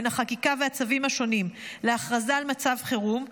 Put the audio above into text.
החקיקה והצווים השונים להכרזה על מצב חירום,